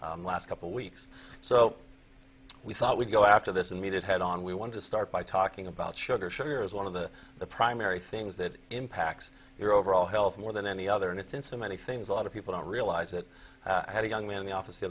last couple weeks so we thought we'd go after this and meet it head on we want to start by talking about sugar sugar is one of the the primary things that impacts your overall health more than any other and it's in so many things a lot of people don't realize that i had a young man in the office